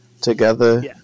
together